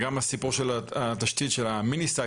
גם סיפור התשתית של ה-minisite,